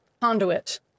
conduit